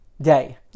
Day